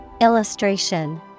Illustration